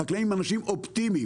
החקלאים הם אנשים אופטימיים.